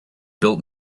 built